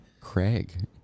Craig